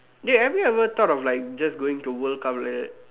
dey have you ever thought of like just going to world cup like that